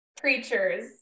Creatures